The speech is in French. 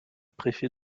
préfet